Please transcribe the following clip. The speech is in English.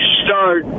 start